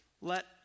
Let